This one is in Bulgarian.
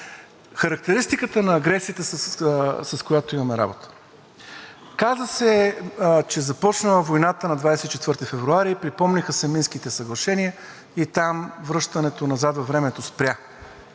характеристиката на агресията, с която имаме работа. Каза се, че войната е започнала на 24 февруари, припомниха се Минските съглашения и там връщането назад във времето спря.